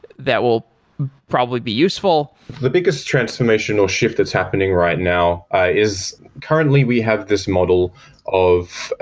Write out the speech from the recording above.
that will probably be useful the biggest transformation or shift that's happening right now is currently we have this model of,